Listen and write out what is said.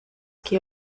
que